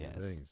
yes